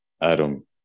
Adam